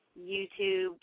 YouTube